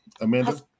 Amanda